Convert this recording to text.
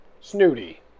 Snooty